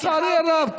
לצערי הרב,